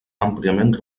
àmpliament